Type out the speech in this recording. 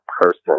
person